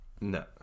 No